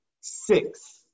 six